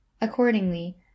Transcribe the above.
Accordingly